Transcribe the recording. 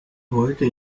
heute